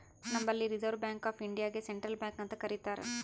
ನಂಬಲ್ಲಿ reserve bank of ಇಂಡಿಯಾಗೆ central bank ಅಂತ್ ಕರಿತಾರ್